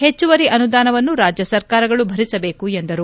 ಹೆಚ್ಚುವರಿ ಅನುದಾನವನ್ನು ರಾಜ್ಯ ಸರ್ಕಾರಗಳು ಭರಿಸಬೇಕು ಎಂದರು